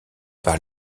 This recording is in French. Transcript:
par